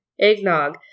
Eggnog